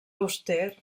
auster